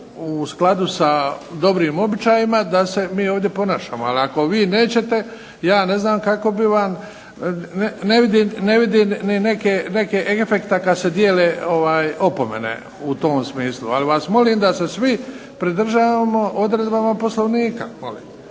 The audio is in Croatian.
u skladu sa dobrim običajima da se mi ovdje ponašamo, ali ako vi nećete ne vidim nekog efekta kada se dijele opomene u tom smislu, ali molim da se svi pridržavamo odredaba Poslovnika.